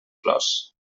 flors